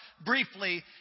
briefly